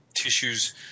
tissues